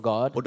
God